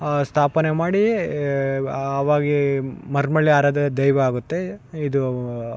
ಆ ಸ್ಥಾಪನೆ ಮಾಡಿ ಎ ಆವಾಗ ಮರಿಯಮ್ನಳ್ಳಿ ಆರಾಧ್ಯದ ದೈವ ಆಗುತ್ತೆ ಇದು